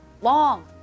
long